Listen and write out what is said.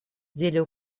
деле